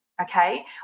Okay